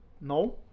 no